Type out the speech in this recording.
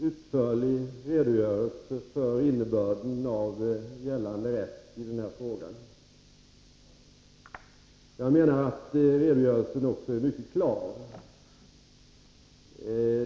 Herr talman! Jag har i mitt svar lämnat en utförlig redogörelse för innebörden av gällande rätt i den här frågan. Jag menar att redogörelsen också är mycket klar.